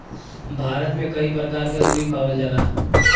भारत में कई परकार क रुई पावल जाला